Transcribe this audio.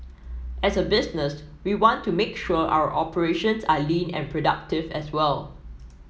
as a business we want to make sure our operations are lean and productive as well